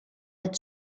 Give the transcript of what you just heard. had